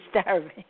starving